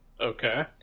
Okay